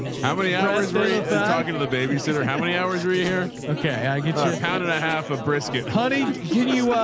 how many hours were you talking to the babysitter? how many hours were you here? okay, i get you a pound and a half of ah brisket. honey, can you,